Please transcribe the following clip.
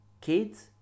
kids